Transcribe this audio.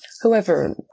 whoever